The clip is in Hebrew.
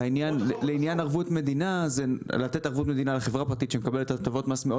לעניין מתן ערבות מדינה לחברה פרטית שמקבלת הטבות מס מאוד